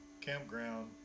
campground